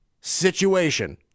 situation